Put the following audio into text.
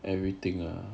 everything ah